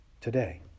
today